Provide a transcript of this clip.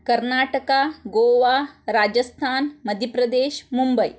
Karnataka Goa Rajasthan Madhya Pradesh Mumbai